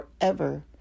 forever